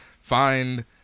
find